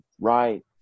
Right